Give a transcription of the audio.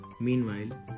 Meanwhile